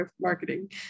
marketing